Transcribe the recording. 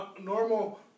normal